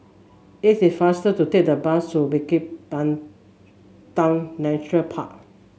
it is faster to take the bus to Bukit Nature Park